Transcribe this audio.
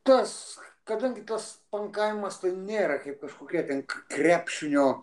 tas kadangi tas pankavimas tai nėra kaip kažkokia ten krepšinio